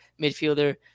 midfielder